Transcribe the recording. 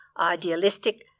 idealistic